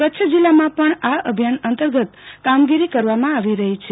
કચ્છ જિલ્લામાં પણ આ અભિયાન અંતર્ગત કામગીરી કરવામાં આવી રહી છે